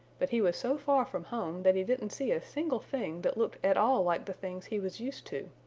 but he was so far from home that he didn't see a single thing that looked at all like the things he was used to.